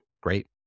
great